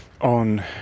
on